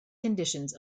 conditions